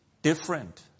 different